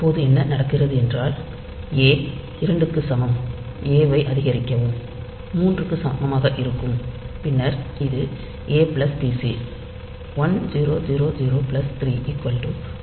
இப்போது என்ன நடக்கிறது என்றால் ஏ 2 க்கு சமம் ஏ வை அதிகரிக்கவும் 3 க்கு சமமாக இருக்கும் பின்னர் இது ஏ பிளஸ் பிசி 1000 3 1003 ஆகும்